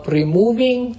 removing